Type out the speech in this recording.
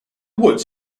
woods